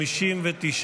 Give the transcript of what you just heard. נתקבל.